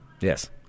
Yes